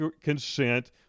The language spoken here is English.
consent